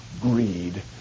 greed